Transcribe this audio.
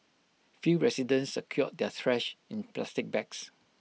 few residents secured their trash in plastic bags